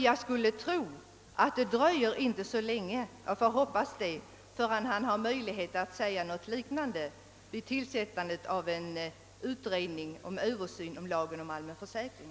Jag skulle tro att det inte dröjer länge — vi får hoppas det — förrän han har möjlighet att säga något liknande vid tillsättandet av en utredning för översyn av lagen om allmän försäkring.